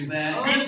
Good